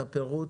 את הפירוט,